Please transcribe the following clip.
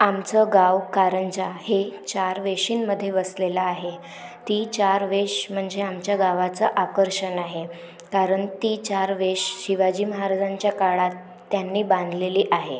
आमचं गाव कारंजा हे चार वेशींमध्ये वसलेलं आहे ती चार वेस म्हणजे आमच्या गावाचं आकर्षण आहे कारण ती चार वेस शिवाजी महाराजांच्या काळात त्यांनी बांधलेली आहे